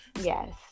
yes